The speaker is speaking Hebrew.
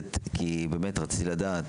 כי בדרך כלל אם אתה בטלפון,